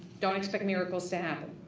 don't expect miracles to happen.